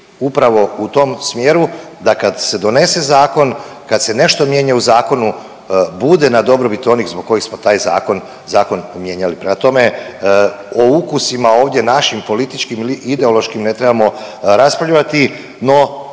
upravo u tom smjeru da kad se donese zakon, kad se nešto mijenja u zakonu bude na dobrobit onih zbog kojih smo taj zakon, zakon mijenjali. Prema tome, o ukusima ovdje našim političkim ili ideološkim ne trebamo raspravljati, no,